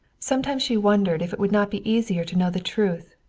sometimes she wondered if it would not be easier to know the truth,